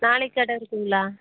நாளைக்கு கடை இருக்குங்களா